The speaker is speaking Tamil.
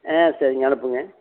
ஆ சரி அனுப்புங்க